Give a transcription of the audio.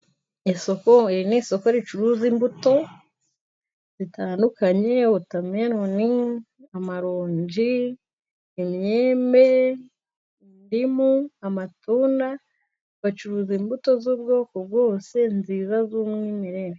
Isok iri ni isoko ricuruza imbuto, zitandukanye wotameroni ,amarongi, imyembe, indimu, amatunda, bacuruza imbuto z'ubwoko bwose nziza z'umwimerere.